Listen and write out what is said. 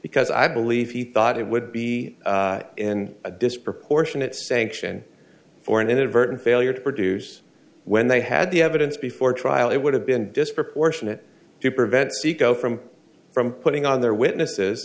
because i believe he thought it would be in a disproportionate sanction for an inadvertent failure to produce when they had the evidence before trial it would have been disproportionate to prevent saeco from from putting on their witnesses